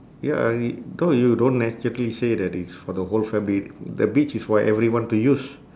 ya y~ no you don't necessarily say that it's for the whole family the beach is for everyone to use